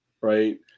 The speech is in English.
right